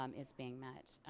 um is being met.